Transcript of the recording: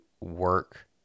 work